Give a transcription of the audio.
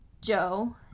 Joe